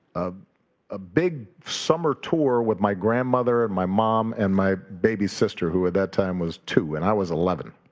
ah a big summer tour with my grandmother and my mom and my baby sister, who at that time was two, and i was eleven.